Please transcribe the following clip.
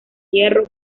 hierro